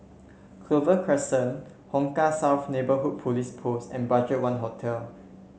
Clover Crescent Hong Kah South Neighbourhood Police Post and BudgetOne Hotel